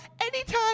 Anytime